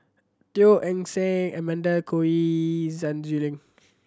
Teo Eng Seng Amanda Koe Lee Sun Xueling